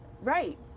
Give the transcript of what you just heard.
Right